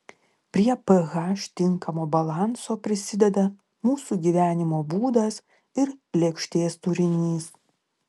prie ph tinkamo balanso prisideda mūsų gyvenimo būdas ir lėkštės turinys